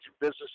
business